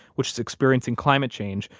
which is experiencing climate change,